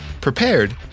prepared